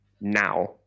Now